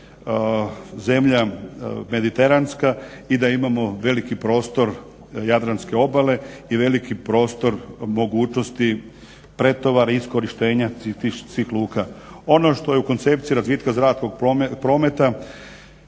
zemlja mediteranska i da imamo veliki prostor jadranske obale i veliki prostor mogućnosti pretovara iskorištenja svih tih luka. Ono što je u koncepciji razvitka zračnog prometa